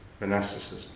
monasticism